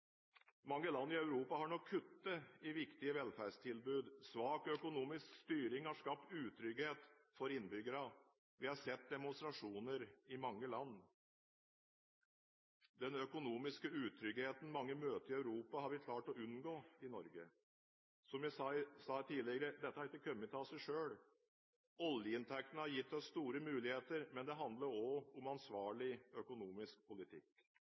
Mange land i Europa har nå kuttet i viktige velferdstilbud. Svak økonomisk styring har skapt utrygghet for innbyggerne. Vi har sett demonstrasjoner i mange land. Den økonomiske utryggheten mange møter i Europa, har vi klart å unngå i Norge. Som jeg sa tidligere: Dette har ikke kommet av seg selv. Oljeinntektene har gitt oss store muligheter, men det handler også om ansvarlig økonomisk politikk.